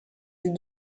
des